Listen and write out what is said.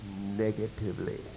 negatively